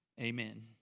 Amen